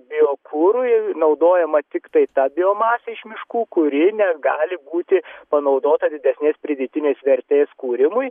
biokurui naudojama tiktai ta biomasė iš miškų kuri negali būti panaudota didesnės pridėtinės vertės kūrimui